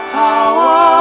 power